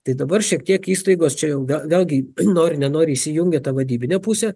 tai dabar šiek tiek įstaigos čia jau ga vėlgi nori nenori įsijungia ta vadybinė pusė